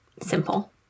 simple